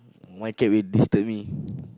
my cat will disturb me